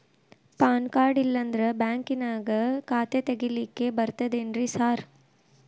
PAN card ಇಲ್ಲಂದ್ರ ಬ್ಯಾಂಕಿನ್ಯಾಗ ಖಾತೆ ತೆಗೆಲಿಕ್ಕಿ ಬರ್ತಾದೇನ್ರಿ ಸಾರ್?